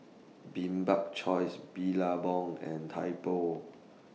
Bibik's Choice Billabong and Typo